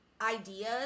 ideas